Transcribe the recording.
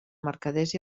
mercaders